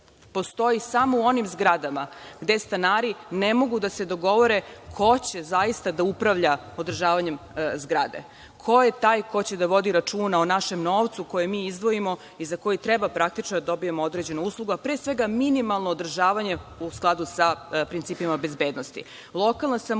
postoji samo u onim zgradama gde stanari ne mogu da se dogovore ko će zaista da upravlja održavanjem zgrade, ko je taj ko će da vodi računa o našem novcu koji mi izdvojimo i za koji treba praktično da dobijemo određenu uslugu, a pre svega minimalno održavanje u skladu sa principima bezbednosti. Lokalna